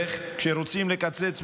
ואיך כשרוצים לקצץ,